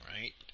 right